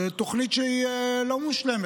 זו תוכנית לא מושלמת,